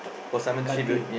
McCartey